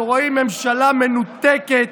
אנחנו רואים ממשלה מנותקת,